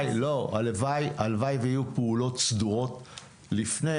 הלוואי ויהיו פעולות סדורות לפני,